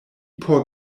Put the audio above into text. por